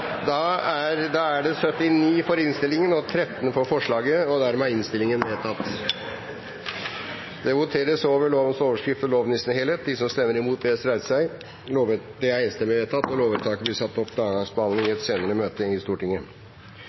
da? Da skal stemmetallet være 79 stemmer for komiteens innstilling og 13 stemmer for forslaget fra Senterpartiet. Dermed er innstillingen bifalt. Det voteres over lovens overskrift og loven i sin helhet. Lovvedtaket vil bli ført opp til andre gangs behandling i et senere møte i Stortinget.